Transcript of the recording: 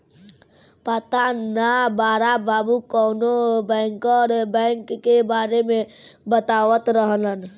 पाता ना बड़ा बाबु कवनो बैंकर बैंक के बारे में बतावत रहलन